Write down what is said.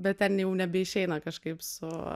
bet ten jau nebeišeina kažkaip su